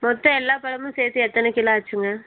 மொத்தம் எல்லா பழமும் சேர்த்து எத்தனை கிலோ ஆச்சுங்க